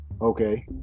Okay